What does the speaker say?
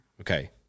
Okay